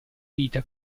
vita